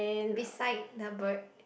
beside the bird